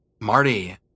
Marty